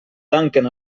tanquen